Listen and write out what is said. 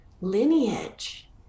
lineage